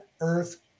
Earth